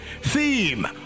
Theme